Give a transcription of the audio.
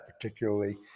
particularly